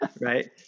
right